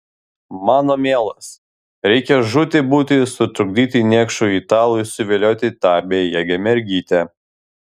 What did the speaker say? mano mielas reikia žūti būti sutrukdyti niekšui italui suvilioti tą bejėgę mergytę